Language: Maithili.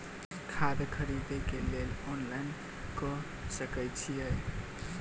खाद खरीदे केँ लेल ऑनलाइन कऽ सकय छीयै?